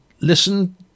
listen